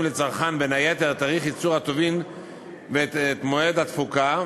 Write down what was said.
לצרכן בין היתר תאריך ייצור הטובין ומועד התפוגה,